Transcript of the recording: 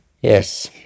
Yes